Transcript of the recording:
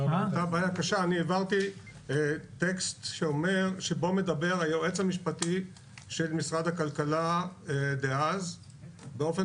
אני העברתי טקסט שבו מדבר היועץ המשפטי של משרד הכלכלה דאז באופן